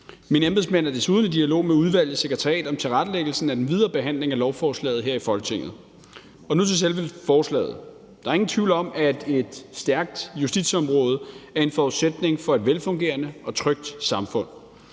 Mine embedsmænd er desuden i dialog med udvalgets sekretariat om tilrettelæggelsen af den videre behandling af lovforslaget her i Folketinget. Nu vil jeg gå over til selve forslaget. Der er ingen tvivl om, at et stærkt justitsområde er en forudsætning for et velfungerende og trygt samfund.